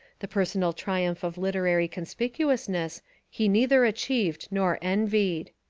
the personal triumph of literary conspicuousness he neither achieved nor envied.